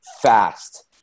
fast